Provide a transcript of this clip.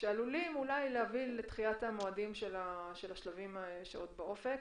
שעלולים אולי להביא לדחיית המועדים של השלבים שעוד באופק.